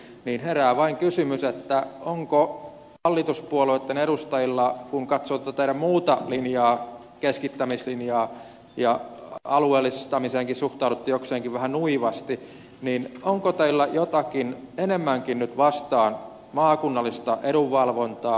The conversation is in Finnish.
herää vain kysymys onko hallituspuolueitten edustajilla kun katsoo tätä teidän muuta keskittämislinjaanne ja alueellistamiseenkin suhtauduttiin jokseenkin vähän nuivasti enemmänkin nyt vastaan maakunnallista edunvalvontaa